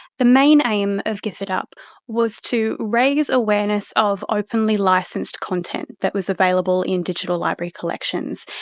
the main aim of gifitup was to raise awareness of openly licensed content that was available in digital library collections.